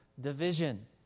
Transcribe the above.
division